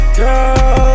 Girl